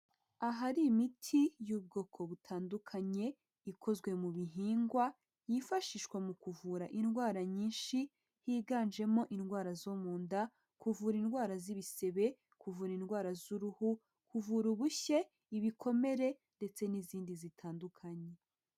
Ahari imiti y'ubwoko butandukanye ikozwe mu bihingwa yifashishwa mu kuvura indwara nyinshi, higanjemo indwara zo mu nda, kuvura indwara z'ibisebe, kuvura indwara z'uruhu, kuvura ubushye, ibikomere ndetse n'izindi zitandukanye.